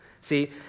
See